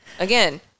Again